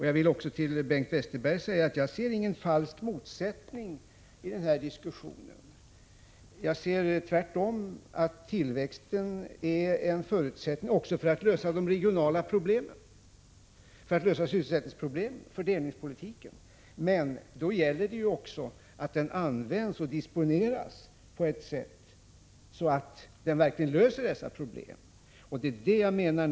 Jag vill också säga till Bengt Westerberg att jag inte ser någon falsk motsättning i den här diskussionen. Jag ser tvärtom tillväxten som en förutsättning också för att lösa de regionala problemen, sysselsättningsproblemen, fördelningsproblemen. Men skall man kunna göra det gäller det att den disponeras på ett sådant sätt att den verkligen löser dessa problem. Det är det jag menar.